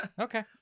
Okay